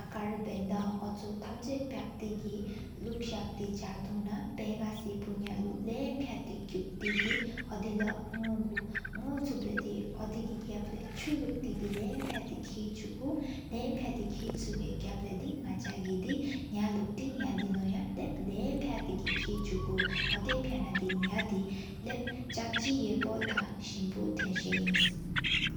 ཨ་ཀར བེན་ད༹། ཨོ་ཆུང་ ཐམ་ཆ་པཡཀད་གི ལུག་ཟག་ཏེ། ཆག་ཏུ ནཔེ་གསི་བ་ཡང་ ལུག་ཏི༹ ལྷྱམ་པྱ་ཏེ། ཀུ་ཀ་གི ཨོ དེ་ལོ་ནོཀ་གུ ནོཀ་ཆུ་ཆོ་གི གྱབ་ལེ། ཆུ་ལུག་ཏི་གི ལྷྱམ་པྱ་ཏེ་མཁའ ཆུ་ཀུ། ལྷྱམ་པྱ་ཏེ་མཁའཇི་པོ་གག་གི་དེ། ནགཆ གི ནེག་ལུག་དིུ་ལབ་བྱ་མྱམ་པྱ་ཏེ་གི། མཁའ་ ཆུ་ཀུ་ཨོ་དེ་པྱ་ན་དེ། ནེག་ཊི་ལབ་ཆག་ཆི་ཡེ་པོ་ ཐང་། དིམ་པོ་ཐེན་སིཤ་ ཨིན།